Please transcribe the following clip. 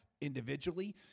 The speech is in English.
individually